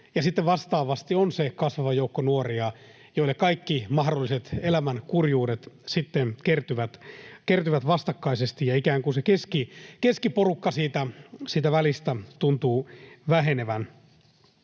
vastaavasti on se kasvava joukko nuoria, joille kaikki mahdolliset elämän kurjuudet sitten kertyvät vastakkaisesti, ja ikään kuin se keskiporukka siitä välistä tuntuu vähenevän.